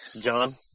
John